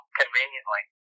conveniently